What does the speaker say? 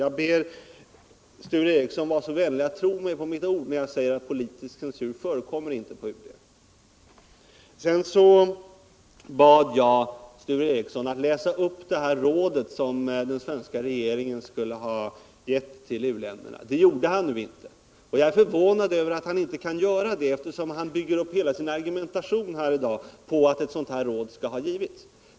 Jag ber Sture Ericson vara vänlig att tro mig på mitt ord när jag säger att politisk censur inte förekommer på UD. Sedan bad jag Sture Ericson att läsa upp det råd som den svenska regeringen skulle ha gett till u-länderna. Det gjorde han nu inte, och jag är förvånad över att han inte kan göra det, eftersom han bygger upp hela sin argumentation på att ett sådant råd skall ha givits.